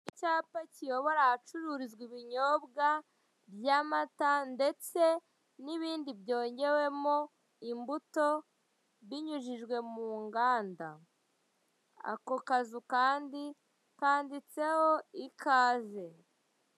Icyapa kiyobora ahacururizwa ibinyobwa by'amata ndetse n'ibindi byongewemo imbuto binyujijwe mu nganda. Ako kazu kandi kanditseho IKAZE.